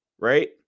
right